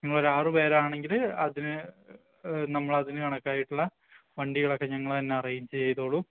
നിങ്ങളൊരു ആറു പേരാണെങ്കില് അതിന് നമ്മള് അതിനു കണക്കായിട്ടുള്ള വണ്ടികളൊക്കെ ഞങ്ങള് തന്നെ അറേയ്ജെയ്തോളും